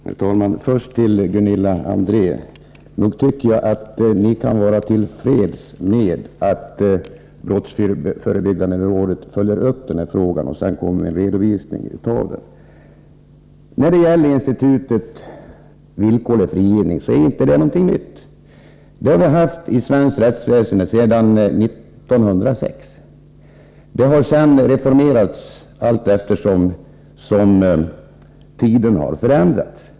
Herr talman! Först till Gunilla André. Nog tycker jag att vi kan vara till freds med att brottsförebyggande rådet följer upp denna fråga och sedan kommer med en redovisning. Institutet villkorlig frigivning är inte någonting nytt. Detta har vi haft i svenskt rättsväsende sedan 1906. Det har reformerats allteftersom tiderna har förändrats.